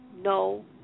no